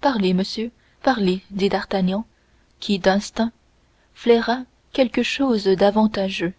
parlez monsieur parlez dit d'artagnan qui d'instinct flaira quelque chose d'avantageux